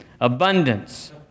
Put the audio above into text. abundance